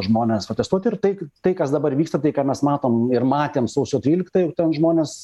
žmonės protestuot ir tai tai kas dabar vyksta tai ką mes matom ir matėm sausio tryliktą ten žmonės